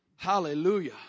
Hallelujah